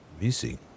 Missing